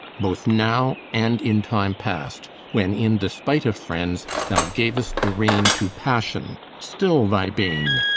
both now and in time past, when in despite of friends thou gav'st the rein to passion, still thy bane.